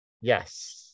Yes